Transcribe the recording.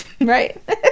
Right